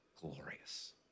glorious